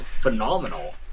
phenomenal